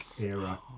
era